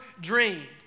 dreamed